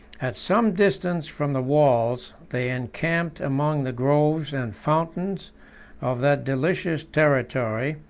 at some distance from the walls, they encamped among the groves and fountains of that delicious territory,